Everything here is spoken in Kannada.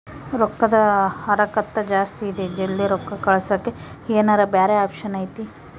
ರೊಕ್ಕದ ಹರಕತ್ತ ಜಾಸ್ತಿ ಇದೆ ಜಲ್ದಿ ರೊಕ್ಕ ಕಳಸಕ್ಕೆ ಏನಾರ ಬ್ಯಾರೆ ಆಪ್ಷನ್ ಐತಿ?